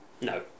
No